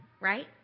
Right